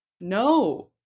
No